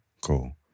Cool